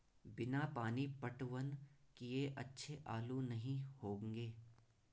बिना पानी पटवन किए अच्छे आलू नही होंगे